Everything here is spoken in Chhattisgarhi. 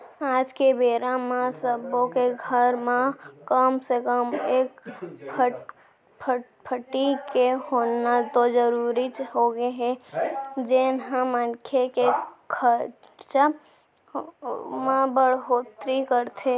आज के बेरा म सब्बो के घर म कम से कम एक फटफटी के होना तो जरूरीच होगे हे जेन ह मनखे के खरचा म बड़होत्तरी करथे